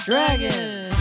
Dragon